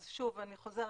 אז שוב אני חוזרת,